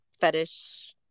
fetish